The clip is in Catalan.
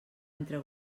entre